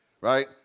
right